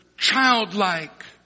childlike